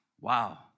Wow